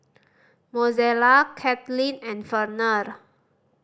Mozella Cathleen and Verner